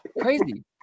Crazy